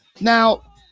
Now